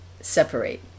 separate